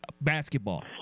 basketball